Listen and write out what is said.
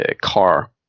car